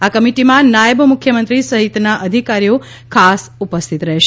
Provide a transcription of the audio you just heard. આ કમિટીમાં નાયબ મુખ્યમંત્રી સહિતના અધિકારાઓ ખાસ ઉપસ્થિત રહેશે